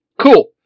Cool